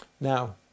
Now